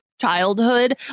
childhood